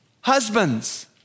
husbands